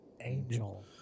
Angel